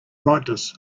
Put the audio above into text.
brightness